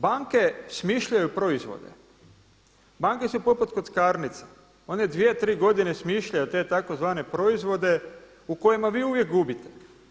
Banke smišljaju proizvode, banke su poput kockarnica, one dvije, tri godine smišljaju te tzv. proizvode u kojima vi uvijek gubite.